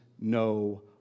no